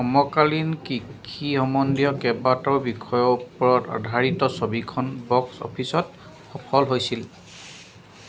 সমকালীন কৃষি সম্বন্ধীয় কেইবাটাও বিষয়ৰ ওপৰত আধাৰিত ছবিখন বক্স অফিচত সফল হৈছিল